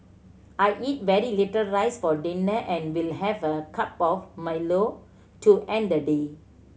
I eat very little rice for dinner and will have a cup of Milo to end the day